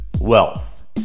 wealth